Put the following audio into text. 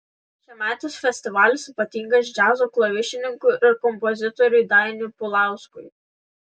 šiemetis festivalis ypatingas džiazo klavišininkui ir kompozitoriui dainiui pulauskui